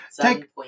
take